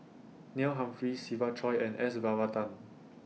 Neil Humphreys Siva Choy and S Varathan